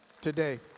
today